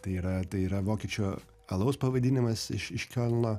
tai yra tai yra vokiečių alaus pavadinimas iš iš kiolno